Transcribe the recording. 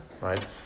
right